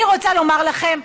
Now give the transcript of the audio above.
אני רוצה לומר לכם,